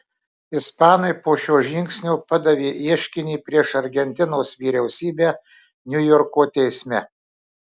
ispanai po šio žingsnio padavė ieškinį prieš argentinos vyriausybę niujorko teisme